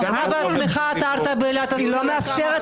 קארין, גם את לא ברשות דיבור.